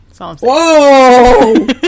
Whoa